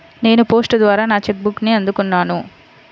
నేను పోస్ట్ ద్వారా నా చెక్ బుక్ని అందుకున్నాను